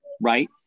right